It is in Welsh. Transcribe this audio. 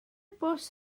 bws